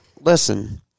listen